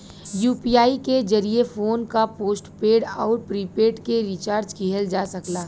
UPI के जरिये phone क पोस्टपेड आउर प्रीपेड के रिचार्ज किहल जा सकला